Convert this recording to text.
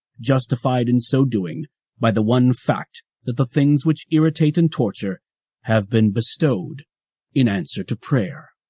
justified in so doing by the one fact that the things which irritate and torture have been bestowed in answer to prayer.